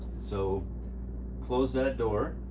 so close that door.